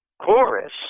chorus